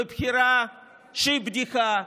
בבחירה שהיא בדיחה.